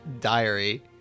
diary